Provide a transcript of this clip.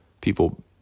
people